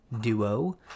duo